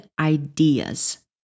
ideas